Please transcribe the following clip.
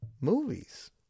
movies